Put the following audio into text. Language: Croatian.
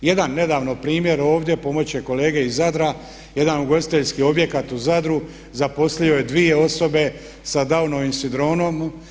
Jedan nedavno primjer ovdje pomoći će kolege iz Zadra, jedan ugostiteljski objekt u Zadru zaposlio je dvije osobe sa Downovim sindromom.